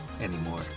anymore